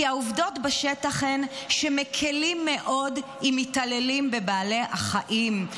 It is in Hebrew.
כי העובדות בשטח הן שמקילים מאוד עם מתעללים בבעלי החיים,